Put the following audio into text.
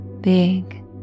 big